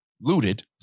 looted